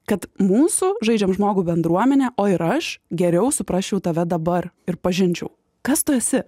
kad mūsų žaidžiam žmogų bendruomenė o ir aš geriau suprasčiau tave dabar ir pažinčiau kas tu esi